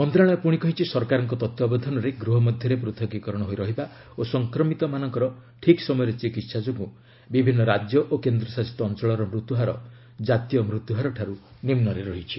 ମନ୍ତ୍ରଣାଳୟ କହିଛି ସରକାରଙ୍କ ତତ୍ତ୍ୱାବଧାନରେ ଗୃହମଧ୍ୟରେ ପୃଥକୀକରଣ ହୋଇ ରହିବା ଓ ସଂକ୍ରମିତମାନଙ୍କର ଠିକ୍ ସମୟରେ ଚିକିତ୍ସା ଯୋଗୁଁ ବିଭିନ୍ନ ରାଜ୍ୟ ଓ କେନ୍ଦ୍ରଶାସିତ ଅଞ୍ଚଳର ମୃତ୍ୟୁହାର ଜାତୀୟ ମୃତ୍ୟୁହାରଠାରୁ ନିମ୍ନରେ ରହିଛି